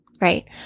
right